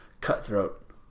cutthroat